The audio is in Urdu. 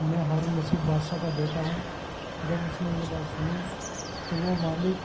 میں ہارون رشید بادشاہ کا بیٹا ہوں جب اس نے یہ بات سنی تو وہ مالک